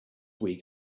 week